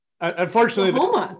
Unfortunately